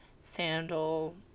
sandal